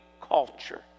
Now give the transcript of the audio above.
culture